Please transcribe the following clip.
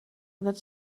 that